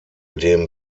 dem